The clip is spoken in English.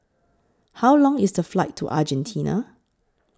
How Long IS The Flight to Argentina